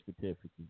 certificate